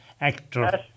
actor